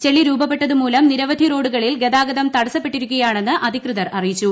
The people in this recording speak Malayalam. ചെളി രൂപപ്പെട്ടത് മൂലം നിരവധി റോഡുകളിൽ ഗതാഗതം തടസ്സപ്പെട്ടിരിക്കുകയാണെന്ന് അധികൃതർ അറിയിച്ചു